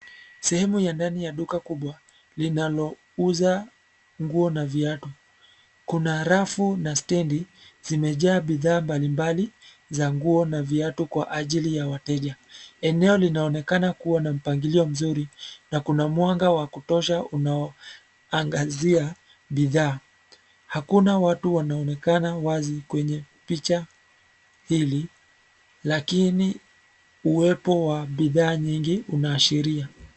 Sehemu ya ndani ya duka kubwa, linalo, uza, nguo na viatu, kuna rafu na stendi, zimejaa bidhaa mbalimbali, za nguo na viatu kwa ajili ya wateja, eneo linaonekana kuwa na mpangilio mzuri, na kuna mwanga wa kutosha unao, angazia, bidhaa, hakuna watu wanaonekana wazi kwenye, picha, hili, lakini, uwepo wa bidhaa nyingi unaashiria.